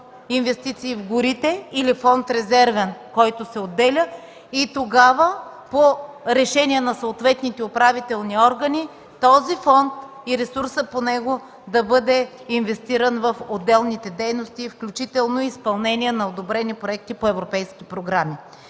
инвестиции в горите или във фонд „Резервен”, който се отделя. Тогава по решение на съответните управителни органи този фонд и ресурсът по него да бъде инвестиран в отделните дейности, включително изпълнение по одобрени проекти по европейски програми.